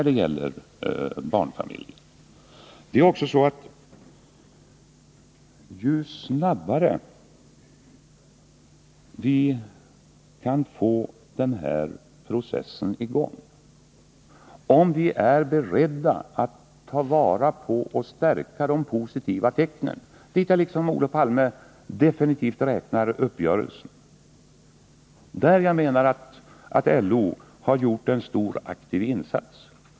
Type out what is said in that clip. Det är bättre ju snabbare vi kan få den här processen i gång. Vi måste vara beredda att ta vara på och stärka de positiva tendenserna, dit jag liksom Olof Palme definitivt räknar avtalsuppgörelsen. Här menar jag att LO har gjort en stor aktiv insats.